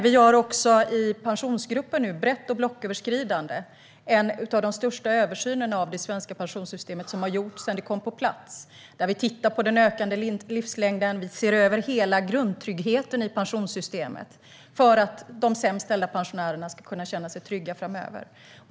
I Pensionsgruppen gör vi också brett och blocköverskridande en av de största översynerna av det svenska pensionssystemet som har gjorts sedan det kom på plats. Vi tittar på den ökande livslängden och ser över hela grundtryggheten i pensionssystemet för att de pensionärer som har det sämst ställt ska kunna känna sig trygga framöver.